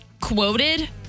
Quoted